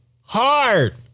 Hard